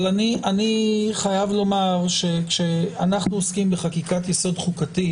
אבל אני חייב לומר שכשאנחנו עוסקים בחקיקת יסוד חוקתית